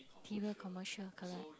filler commercial correct